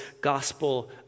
Gospel